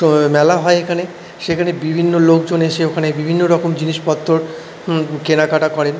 মেলা হয় এখানে সেখানে বিভিন্ন লোকজন এসে ওখানে বিভিন্নরকম জিনিসপত্র কেনাকাটা করেন